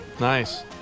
Nice